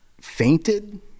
fainted